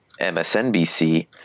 MSNBC